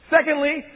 Secondly